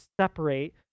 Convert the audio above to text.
separate